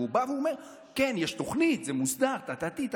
והוא בא ואומר: כן, יש תוכנית, זה מוסדר וכו'.